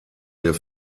der